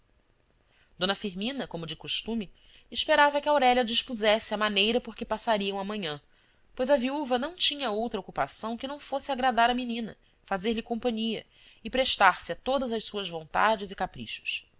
d firmina como de costume esperava que aurélia dispusesse a maneira por que passariam a manhã pois a viúva não tinha outra ocupação que não fosse agradar à menina fazer-lhe companhia e prestar se a todas as suas vontades e caprichos